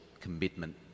commitment